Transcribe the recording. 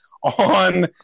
on